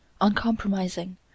uncompromising